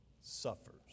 suffers